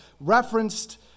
referenced